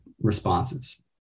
responses